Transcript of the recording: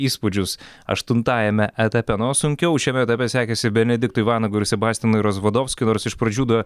įspūdžius aštuntajame etape na o sunkiau šiame etape sekėsi benediktui vanagui ir sebastianui rozvadovskiui nors iš pradžių du